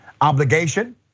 obligation